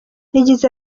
yagize